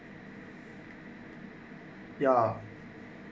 ya